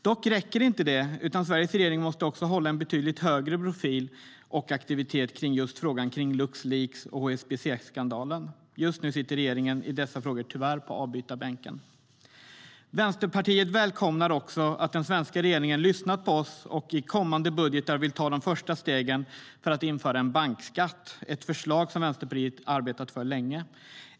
Dock räcker inte det, utan Sveriges regering måste också ha en betydligt högre profil och aktivitet just kring frågan om Luxleaks och HSBC-skandalen. Just nu sitter regeringen i dessa frågor tyvärr på avbytarbänken. Vänsterpartiet välkomnar att den svenska regeringen har lyssnat på oss och i kommande budgetar vill ta de första stegen mot att införa en bankskatt - ett förslag som Vänsterpartiet har arbetat för länge.